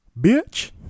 bitch